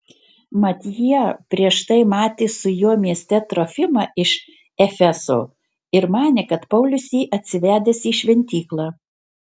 mat jie prieš tai matė su juo mieste trofimą iš efezo ir manė kad paulius jį atsivedęs į šventyklą